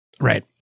Right